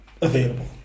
available